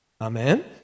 Amen